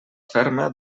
ferma